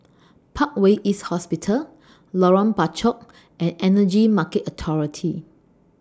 Parkway East Hospital Lorong Bachok and Energy Market Authority